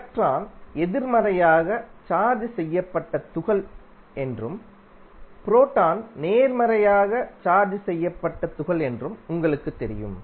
electron எதிர்மறையாக charge செய்யப்பட்ட துகள் என்றும் புரோட்டான் நேர்மறையாக சார்ஜ் செய்யப்பட்ட துகள் என்றும் உங்களுக்குத் தெரியும்